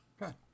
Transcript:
Good